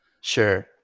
Sure